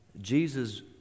Jesus